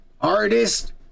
artist